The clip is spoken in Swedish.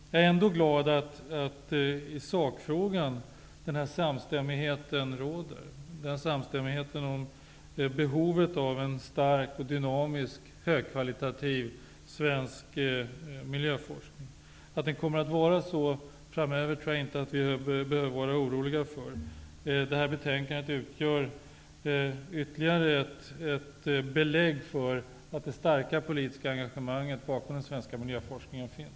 Jag är ändå glad över att i sakfrågan samstämmighet råder om behovet av en stark och dynamisk högkvalitativ svensk miljöforskning. Jag tror inte att vi behöver vara oroliga för att så inte kommer att vara fallet framöver. Betänkandet utgör ytterligare ett belägg för att det finns ett starkt politiskt engagemang bakom den svenska miljöforskningen.